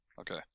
okay